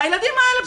הילדים האלה,